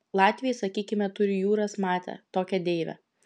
latviai sakykime turi jūras mate tokią deivę